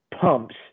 pumps